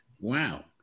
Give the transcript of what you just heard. Wow